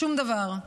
שום דבר.